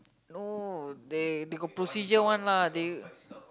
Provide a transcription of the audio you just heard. oh they got procedures one lah